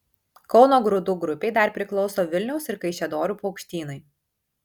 kauno grūdų grupei dar priklauso vilniaus ir kaišiadorių paukštynai